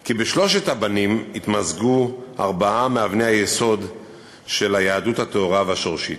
כי בשלושת הבנים התמזגו ארבע מאבני היסוד של היהדות הטהורה והשורשית.